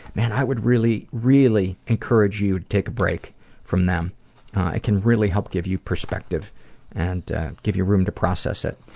and i would really, really encourage you to take a break from them, it can really help give you perspective and give you room to process it.